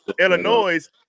Illinois